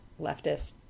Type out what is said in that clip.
leftist